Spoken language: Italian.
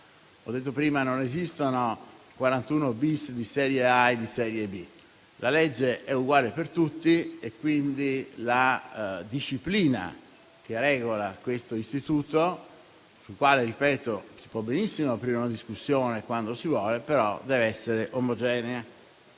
ho detto prima che non esistono 41-*bis* di serie A e di serie B: la legge è uguale per tutti, quindi la disciplina che regola questo istituto - sul quale, ripeto, si può benissimo aprire una discussione quando si vuole - deve essere omogenea.